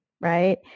right